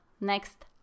next